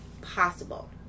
possible